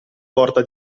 porta